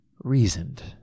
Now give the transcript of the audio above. reasoned